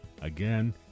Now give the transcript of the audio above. Again